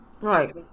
right